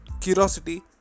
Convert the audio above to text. curiosity